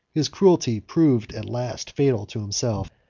his cruelty proved at last fatal to himself.